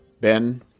Ben